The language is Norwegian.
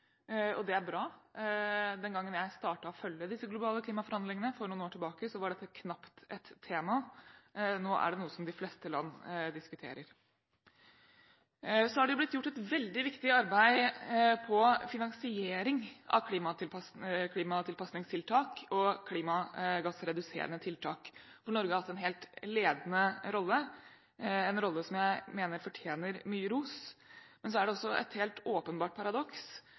og det er bra. Den gangen jeg startet med å følge disse globale klimaforhandlingene for noen år tilbake, var dette knapt et tema. Nå er det noe som de fleste land diskuterer. Det er blitt gjort et veldig viktig arbeid med finansiering av klimatilpassingstiltak og klimagassreduserende tiltak, hvor Norge har hatt en helt ledende rolle, en rolle som jeg mener fortjener mye ros. Men det er også et helt åpenbart paradoks